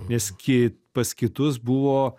nes ki pas kitus buvo